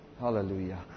Hallelujah